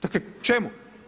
Dakle čemu?